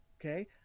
okay